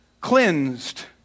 cleansed